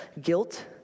guilt